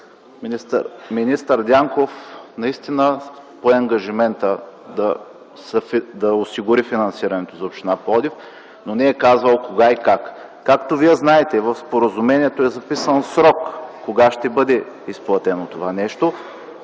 Министър Дянков наистина пое ангажимента да осигури финансирането за община Пловдив, но не е казвал кога и как. Както Вие знаете, в споразумението е записан срок кога ще бъде изплатено това нещо,